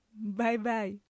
Bye-bye